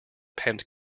pent